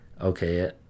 okay